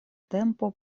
tempo